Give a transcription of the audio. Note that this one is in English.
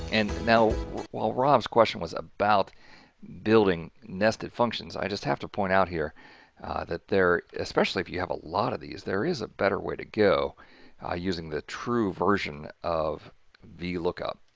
and now, while rob's question was about building nested functions. i just have to point out here that there especially if you have a lot of these there is a better way to go ah using the true version of the vlookup.